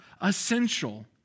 essential